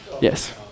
Yes